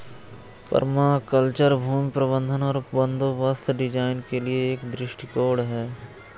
permaculture भूमि प्रबंधन और बंदोबस्त डिजाइन के लिए एक दृष्टिकोण है